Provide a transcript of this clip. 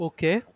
Okay